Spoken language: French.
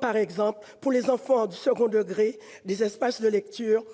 par exemple, pour les élèves du second degré, des espaces de lecture